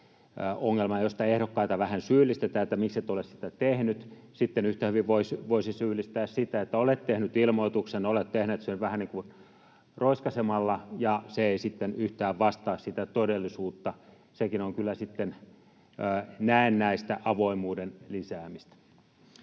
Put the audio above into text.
ongelma, josta ehdokkaita vähän syyllistetään, että mikset ole sitä tehnyt. Sitten yhtä hyvin voisi syyllistää siitä, että olet tehnyt ilmoituksen, olet tehnyt sen vähän niin kuin roiskaisemalla ja se ei sitten yhtään vastaa sitä todellisuutta. Sekin on kyllä sitten näennäistä avoimuuden lisäämistä.